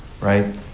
right